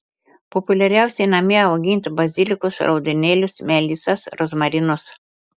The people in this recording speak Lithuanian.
populiariausia namie auginti bazilikus raudonėlius melisas rozmarinus